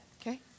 Okay